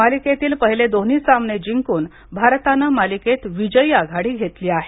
मालिकेतील पहिले दोन्ही सामने जिंकून भारताने मालिकेत विजयी आघाडी घेतली आहे